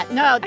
no